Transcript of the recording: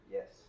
Yes